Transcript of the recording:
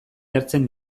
jartzen